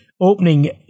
Opening